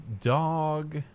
dog